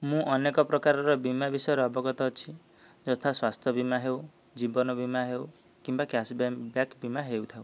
ମୁଁ ଅନେକ ପ୍ରକାରର ବୀମା ବିଷୟରେ ଅବଗତ ଅଛି ଯଥା ସ୍ୱାସ୍ଥ୍ୟ ବୀମା ହେଉ ଜୀବନ ବୀମା ହେଉ କିମ୍ବା କ୍ୟାସ୍ ବ୍ୟାକ୍ ବୀମା ହେଉଥାଉ